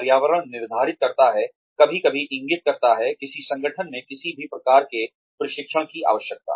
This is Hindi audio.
पर्यावरण निर्धारित करता है कभी कभी इंगित करता है किसी संगठन में किसी भी प्रकार के प्रशिक्षण की आवश्यकता